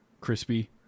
crispy